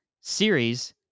series